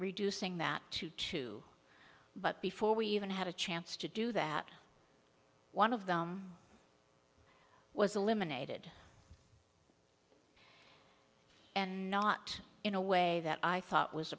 reducing that to two but before we even had a chance to do that one of them was eliminated and not in a way that i thought was